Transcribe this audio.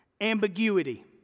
Ambiguity